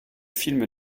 films